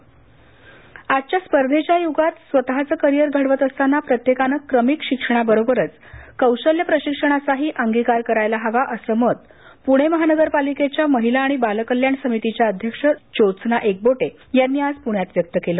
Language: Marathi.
कौशल्य प्रशिक्षण आजच्या स्पर्धेच्या युगात स्वतःचं करिअर घडवत असताना प्रत्येकानं क्रमिक शिक्षणाबरोबरच कौशल्य प्रशिक्षणाचाही अंगीकार करायला हवा असं मत पुणे महानगरपालिकेच्या महिला आणि बाल कल्याण समितीच्या अध्यक्ष ज्योत्स्ना एकबोटे यांनी आज पुण्यात व्यक्त केलं